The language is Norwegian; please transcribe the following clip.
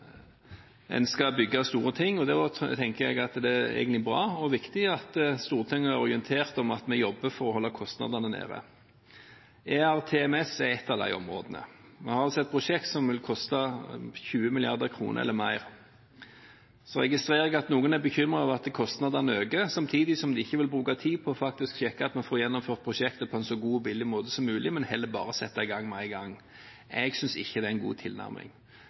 en skal bygge store ting, og da tenker jeg at det er egentlig bra og viktig at Stortinget er orientert om at vi jobber for å holde kostnadene nede. ERTMS er et av de områdene. Vi har et prosjekt som vil koste 20 mrd. kr eller mer. Så registrerer jeg at noen er bekymret for at kostnadene øker, samtidig som de ikke vil bruke tid på faktisk å sjekke at vi får gjennomført prosjektet på en så god og billig måte som mulig, men vil heller bare sette i gang med en gang. Jeg synes ikke det er en god tilnærming.